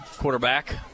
Quarterback